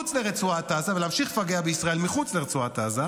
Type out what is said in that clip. מחוץ לרצועת עזה ולהמשיך לפגע בישראל מחוץ לרצועת עזה,